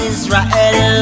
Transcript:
Israel